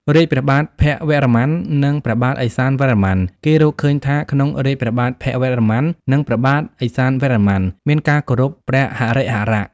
រាជ្យព្រះបាទភវរ្ម័ន និងព្រះបាទឥសានវរ្ម័ន គេរកឃើញថា ក្នុងរាជ្យព្រះបាទភវរ្ម័ន និងព្រះបាទឥសានវរ្ម័ន មានការគោរព ព្រះហរិហរៈ។